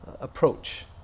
approach